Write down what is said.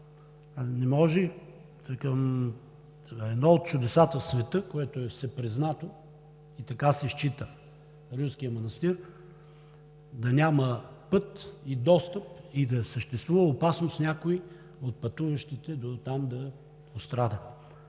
Не може към едно от чудесата в света, което е всепризнато и така се счита – Рилския манастир, да няма път и достъп и да съществува опасност някой от пътуващите дотам да пострада.